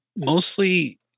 Mostly